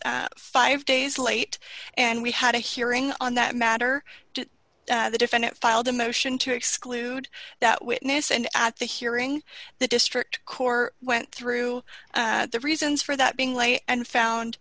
five days late and we had a hearing on that matter to the defendant filed a motion to exclude that witness and at the hearing the district court went through the reasons for that being lay and found